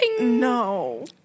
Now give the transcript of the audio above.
no